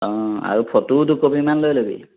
অ আৰু ফটোও দুকপিমান লৈ ল'বি